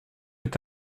est